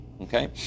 okay